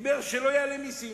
אמר שלא יעלה מסים.